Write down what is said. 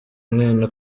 umwana